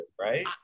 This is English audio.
right